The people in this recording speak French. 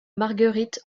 margueritte